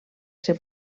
ser